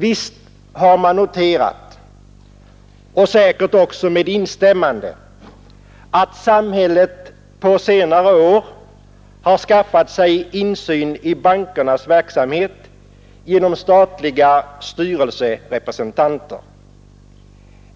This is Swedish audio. Visst har man noterat — säkert också med instämmande — att samhället på senare år har skaffat sig insyn i bankernas verksamhet genom statliga styrelserepresentanter,